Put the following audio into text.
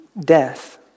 death